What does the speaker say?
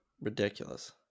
Ridiculous